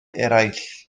eraill